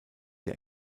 der